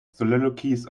soliloquies